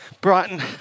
Brighton